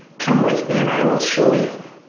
come with me and i will show you.